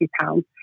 pounds